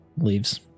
leaves